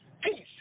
peace